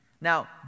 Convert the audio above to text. Now